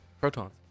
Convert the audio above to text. Protons